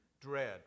dread